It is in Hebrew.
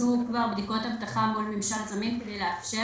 נעשו כבר בדיקות אבטחה מול ממשל זמין כדי לאפשר